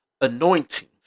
anointing